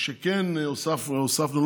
מה שכן הוספנו,